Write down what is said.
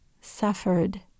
suffered